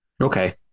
Okay